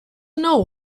know